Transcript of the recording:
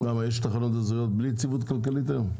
-- יש תחנות אזוריות בלי יציבות כלכלית היום?